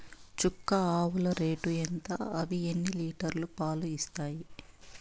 చుక్క ఆవుల రేటు ఎంత? అవి ఎన్ని లీటర్లు వరకు పాలు ఇస్తాయి?